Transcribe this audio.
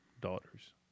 daughters